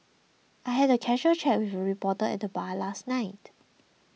I had a casual chat with a reporter at bar last night